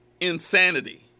Insanity